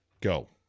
Go